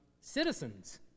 citizens